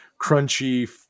crunchy